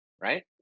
right